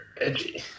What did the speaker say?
Edgy